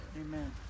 Amen